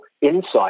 insight